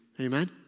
Amen